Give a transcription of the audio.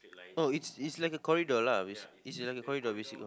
oh it's it's like a corridor lah basic it's like a corridor basically